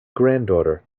granddaughter